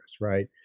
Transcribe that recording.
right